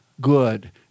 good